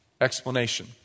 explanation